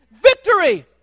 Victory